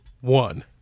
one